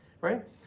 right